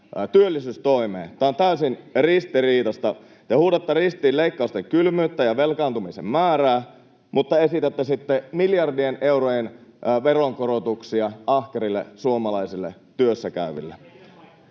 työllisyystoimea. Tämä on täysin ristiriitaista. Te huudatte ristiin leikkausten kylmyyttä ja velkaantumisen määrää, mutta esitätte sitten miljardien eurojen veronkorotuksia ahkerille suomalaisille työssäkäyville.